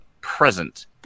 present